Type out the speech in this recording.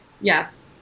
Yes